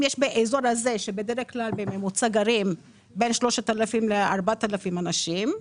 אם יש באזור הזה שבדרך כלל בממוצע גרים בין 3,000 ל-4,000 אנשים,